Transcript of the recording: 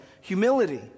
humility